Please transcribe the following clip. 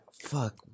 fuck